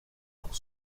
pour